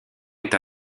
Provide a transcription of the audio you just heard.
est